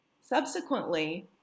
Subsequently